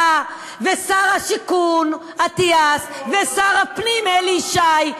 אתה ושר השיכון אטיאס ושר הפנים אלי ישי,